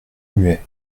muet